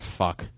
fuck